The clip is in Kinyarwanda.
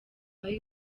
bible